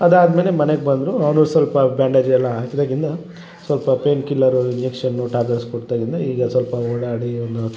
ಅದಾದಮೇಲೆ ಮನೇಗೆ ಬಂದರು ಅವನು ಸ್ವಲ್ಪ ಬ್ಯಾಂಡೇಜೆಲ್ಲ ಹಾಕಿದಾಗಿಂದ ಸ್ವಲ್ಪ ಪೇಯ್ನ್ ಕಿಲ್ಲರ್ ಇಂಜೆಕ್ಷನ್ನು ಟ್ಯಾಬ್ಲೆಟ್ಸ್ ಕೊಟ್ತಾಗಿಂದ ಈಗ ಸ್ವಲ್ಪ ಓಡಾಡಿ ಒಂದು